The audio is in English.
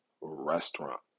restaurant